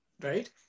Right